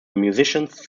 musicians